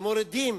מורידים